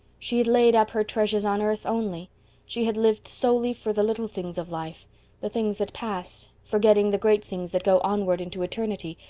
she had laid up her treasures on earth only she had lived solely for the little things of life the things that pass forgetting the great things that go onward into eternity,